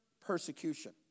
persecution